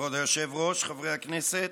כבוד היושב-ראש, חברי הכנסת,